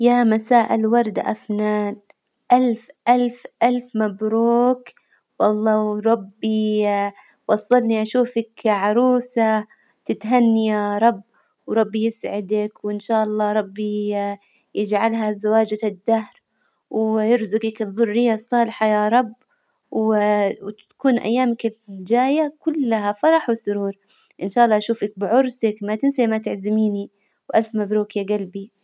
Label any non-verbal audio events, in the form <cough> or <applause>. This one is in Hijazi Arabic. يا مساء الورد أفنان، ألف ألف ألف مبروك، والله وربي وصلني أشوفك عروسة، تتهني يا رب وربي يسعدك، وإن شاء الله ربي يجعلها زواجة الدهر، ويرزجك الذرية الصالحة يا رب، و <hesitation> تكون أيامك الجاية كلها فرح وسرور، إن شاء الله أشوفك بعرسك، ما تنسي ما تعزميني، وألف مبروك يا جلبي.